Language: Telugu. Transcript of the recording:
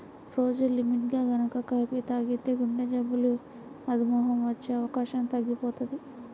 రోజూ లిమిట్గా గనక కాపీ తాగితే గుండెజబ్బులు, మధుమేహం వచ్చే అవకాశం తగ్గిపోతది